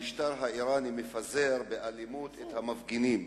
המשטר האירני מפזר באלימות את המפגינים: